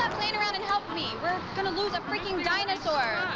ah playing around and help me. we're gonna lose a freaking dinosaur.